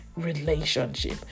relationship